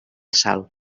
sal